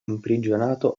imprigionato